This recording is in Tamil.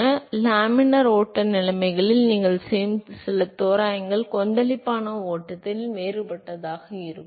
எனவே லேமினார் ஓட்ட நிலைகளில் நீங்கள் செய்யும் சில தோராயங்கள் கொந்தளிப்பான ஓட்டத்தில் வேறுபட்டதாக இருக்கும்